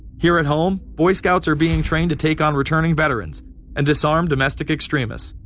here at home, boy scouts are being trained to take on returning veterans and disarm domestic extremists.